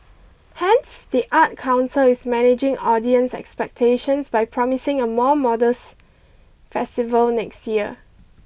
hence the arts council is managing audience expectations by promising a more modest festival next year